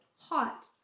hot